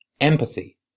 empathy